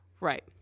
right